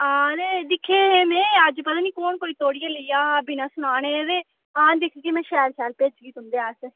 आं नेई दिक्खे हे में अज्जकल कु'न कोई तोड़िया लेइया हा बिना सनाने दे ते हां दिक्खगी में शैल शैल भेजगी तुंदे आस्तै